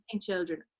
children